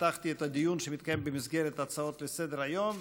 פתחתי את הדיון שמתקיים במסגרת הצעות לסדר-היום.